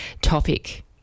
topic